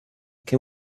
can